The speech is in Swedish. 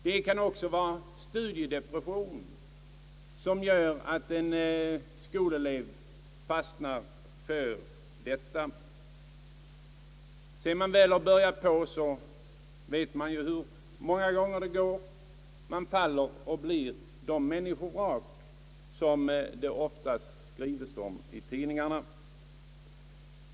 Det kan också vara studiedepression som gör att en skolelev börjar använda narkotika. Vi vet hur det går; de som börjar använda narkotika blir i de flesta fall de människovrak som vi får läsa om i tidningarna.